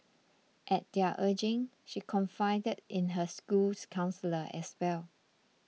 at their urging she confided in her school's counsellor as well